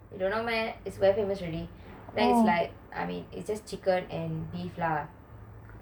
you don't know meh is very famous already I mean is just chicken and beef lah